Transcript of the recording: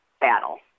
battle